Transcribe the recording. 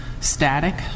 static